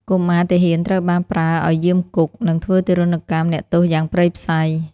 កុមារទាហានត្រូវបានប្រើឱ្យយាមគុក និងធ្វើទារុណកម្មអ្នកទោសយ៉ាងព្រៃផ្សៃ។